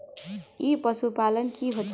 ई पशुपालन की होचे?